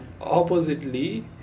oppositely